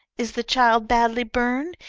is the child badly burned?